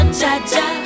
cha-cha